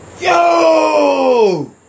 Yo